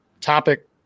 topic